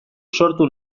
sortu